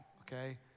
okay